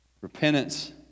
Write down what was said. Repentance